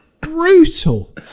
brutal